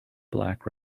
black